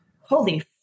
holy